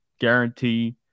guarantee